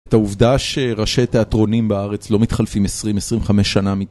את העובדה שראשי תיאטרונים בארץ לא מתחלפים 20-25 שנה מ...